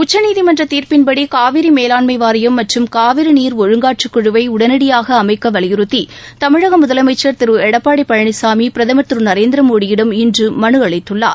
உச்சநீதிமன்ற தீர்ப்பின்படி காவிரி மேலாண்மை வாரியம் மற்றும் காவிரி நீர் ஒழுங்காற்றுக்குழுவை உடனடியாக அமைக்க வலியுறுத்தி தமிழக முதலமைக்சர் திரு எடப்பாடி பழனிசாமி பிரதமர் திரு நரேந்திர மோடியிடம் இன்று மனு அளித்துள்ளார்